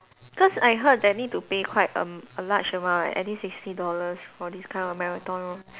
cause I heard that need to pay quite a a large amount at least sixty dollars for this kind of marathon